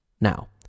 Now